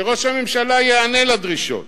שראש הממשלה ייענה לדרישות,